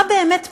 מה באמת מעמדו: